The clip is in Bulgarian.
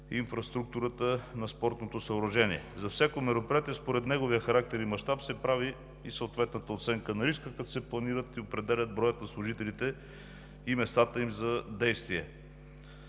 инфраструктурата на спортното съоръжение. За всяко мероприятие според неговия характер и мащаб се прави и съответната оценка на риска, като се планират и определят броят на служителите и местата им за действие.